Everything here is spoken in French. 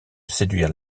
séduire